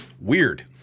Weird